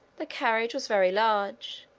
the carriage was very large,